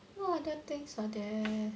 what other things are there